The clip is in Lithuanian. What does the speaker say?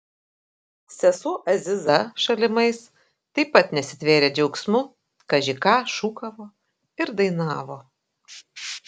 sesuo aziza šalimais taip pat nesitvėrė džiaugsmu kaži ką šūkavo ir dainavo